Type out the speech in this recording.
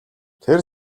тэр